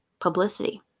Publicity